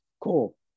cool